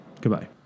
goodbye